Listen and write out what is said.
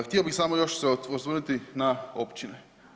Htio bih samo još se osvrnuti na općine.